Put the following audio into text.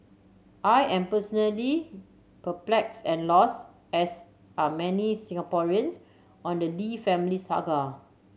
I am personally perplexed and lost as are many Singaporeans on the Lee family saga